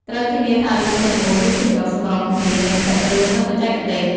ត្រូវធានាថារឿងទាំងមូលមានភាពចុះសម្រុងគ្នាទាំងសាច់រឿង និងបច្ចេកទេស។